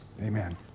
Amen